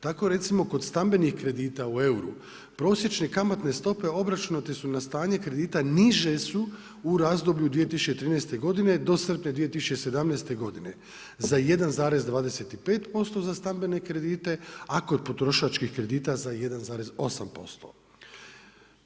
Tako recimo kod stambenih kredita u euru, prosječne kamatne stope obračunate su na stanje kredite, niže su u razdoblju od 2013. godine do srpnja 2017. godine za 1,25% za stambene kredite, a kod potrošačkih kredita za 1,8%